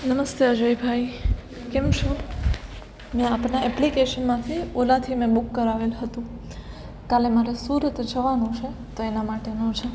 નમસ્તે અજયભાઈ કેમ છો મેં આપના એપ્લિકેશનમાંથી ઓલાથી મેં બૂક કરાવેલ હતું કાલે મારે સૂરત જવાનું છે તો એના માટેનું છે